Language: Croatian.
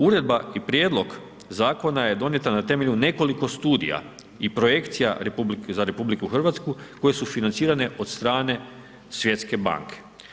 Uredba i prijedlog zakona, je donijeta na temelju nekoliko studija i projekcija za RH, koje su financirane od strane Svjetske banke.